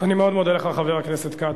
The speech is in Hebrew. אני מאוד מודה לך, חבר הכנסת כץ.